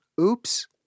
Oops